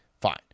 Fine